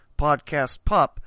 PodcastPup